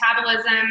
metabolism